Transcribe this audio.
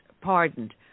pardoned